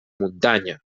muntanya